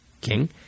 king